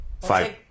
Five